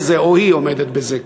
או היא עומדת בזה,